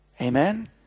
Amen